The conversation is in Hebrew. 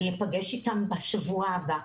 אני אפגש איתם בשבוע הבא,